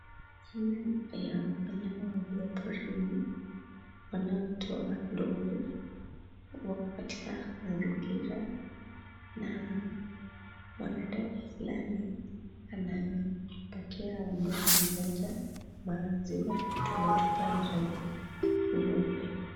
Aina ya wanyawa walio porini, wanaoitwa ndovu. Wako katika mazingira, na mwanadada fulani ana mpatia ndovu mmoja maziwa kwa kutumia chupa ya rangi nyeupe.